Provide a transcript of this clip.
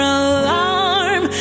alarm